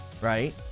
right